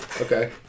Okay